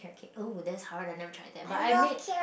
oh that's hard I have never tried that but I made